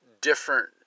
different